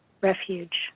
refuge